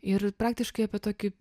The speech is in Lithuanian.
ir praktiškai apie tokį